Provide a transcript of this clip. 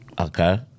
Okay